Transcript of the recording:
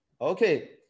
Okay